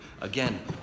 Again